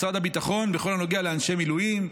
משרד הביטחון בכל הנוגע לאנשי מילואים,